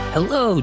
Hello